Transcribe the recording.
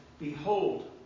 behold